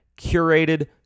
curated